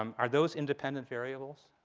um are those independent variables?